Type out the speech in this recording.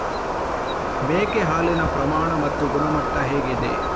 ಮೇಕೆ ಹಾಲಿನ ಪ್ರಮಾಣ ಮತ್ತು ಗುಣಮಟ್ಟ ಹೇಗಿದೆ?